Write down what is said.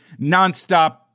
nonstop